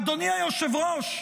אדוני היושב-ראש,